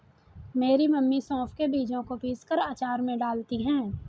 मेरी मम्मी सौंफ के बीजों को पीसकर अचार में डालती हैं